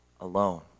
alone